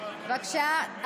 בבקשה.